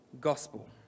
Gospel